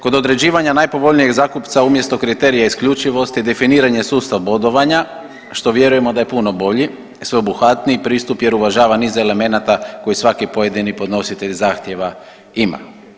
Kod određivanja najpovoljnijeg zakupca umjesto kriterija isključivosti definiran je sustav bodovanja što vjerujemo da je puno bolji, sveobuhvatniji pristup jer uvažava niz elemenata koji svaki pojedini podnositelj zahtjeva ima.